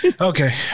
Okay